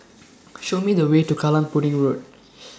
Show Me The Way to Kallang Pudding Road